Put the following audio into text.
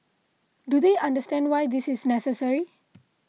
do they understand why this is necessary